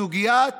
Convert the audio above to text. סוגיית